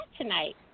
tonight